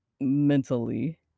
mentally